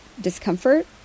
discomfort